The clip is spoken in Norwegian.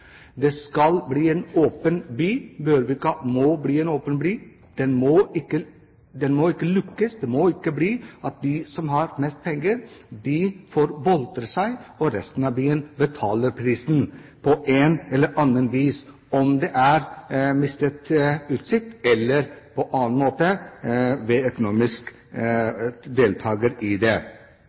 Det skal bli en åpen by. Bjørvika må bli åpen, den må ikke lukkes. Det må ikke bli slik at de som har mest penger, får boltre seg, og at resten av byen på et eller annet vis betaler prisen – om det er i form av å miste utsikt eller ved å delta økonomisk.